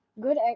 good